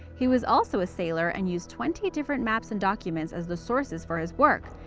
he was also a sailor, and used twenty different maps and documents as the sources for his work.